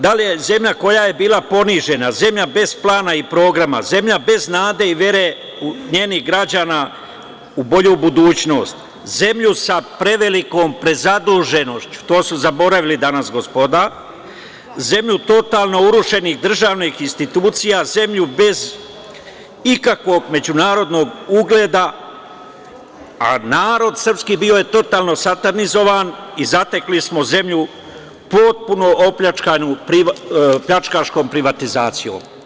Da li je zemlja koja je bila ponižena, zemlja bez plana i programa, zemlja bez nade i vere njenih građana u bolju budućnost, zemlju sa prevelikom prezaduženošću, to su zaboravili danas, gospoda, zemlju totalno urušenih državnih institucija, zemlju bez ikakvog međunarodnog ugleda, a narod srpski bio je totalno satanizovan i zatekli smo zemlju potpuno opljačkanu pljačkaškom privatizacijom.